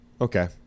Okay